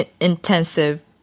intensive